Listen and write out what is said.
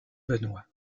benoît